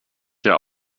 der